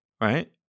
right